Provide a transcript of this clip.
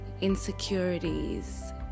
insecurities